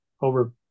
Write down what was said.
over